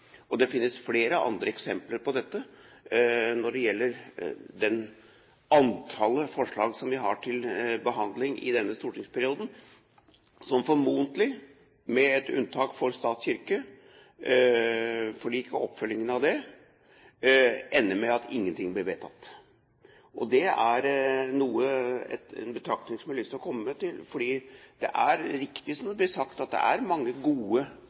Det finnes flere andre eksempler på dette. Når det gjelder forslag vi har til behandling i denne stortingsperioden, vil det formodentlig – med et unntak for stat–kirke-forliket og oppfølgingen av det – ende med at ingenting blir vedtatt. Dette er en betraktning jeg har lyst til å komme med, fordi det som sagt er riktig at det er mange gode ting som står i mindretallets merknader i denne saken. Og det er